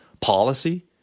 policy